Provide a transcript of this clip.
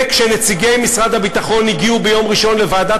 וכשנציגי משרד הביטחון הגיעו ביום ראשון לוועדת